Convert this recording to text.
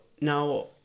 now